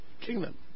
kingdom